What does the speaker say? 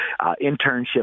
internship